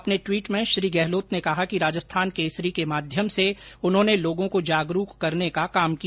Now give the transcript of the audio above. अपने ट्वीट में श्री गहलोत ने कहा कि राजस्थान केसरी के माध्यम से उन्होंने लोगों को जागरूक करने का काम किया